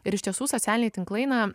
ir iš tiesų socialiniai tinklai na